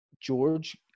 George